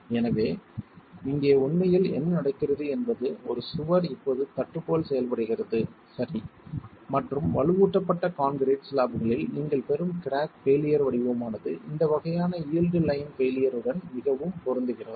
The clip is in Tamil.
எனவே இங்கே உண்மையில் என்ன நடக்கிறது என்பது ஒரு சுவர் இப்போது தட்டு போல் செயல்படுகிறது சரி மற்றும் வலுவூட்டப்பட்ட கான்கிரீட் ஸ்லாப்களில் நீங்கள் பெறும் கிராக் பெயிலியர் வடிவமானது இந்த வகையான யீல்டு லைன் பெயிலியர் உடன் மிகவும் பொருந்துகிறது